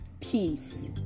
peace